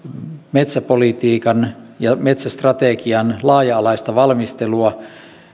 metsäpolitiikan ja metsästrategian laaja alaista valmistelua